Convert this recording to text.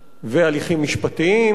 והליכים משפטיים.